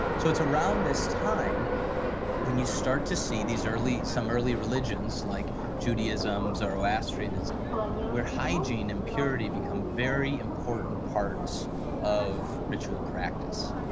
so around this time when you start to see these early some early religions like judaism, zoroastrianism where hygiene and purity become very important parts of ritual practice,